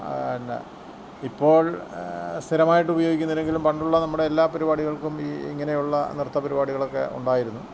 പിന്നെ ഇപ്പോൾ സ്ഥിരമായിട്ട് ഉപയോഗിക്കുന്നില്ലെങ്കിലും പണ്ടുള്ള നമ്മുടെ എല്ലാ പരിപാടികൾക്കും ഈ ഇങ്ങനെയുള്ള നൃത്ത പരിപാടികളൊക്കെ ഉണ്ടായിരുന്നു